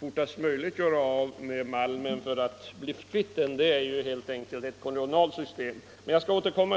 fortast möjligt skulle göra av med malmen bara för att bli kvitt den, är helt enkelt ett kolonialt system.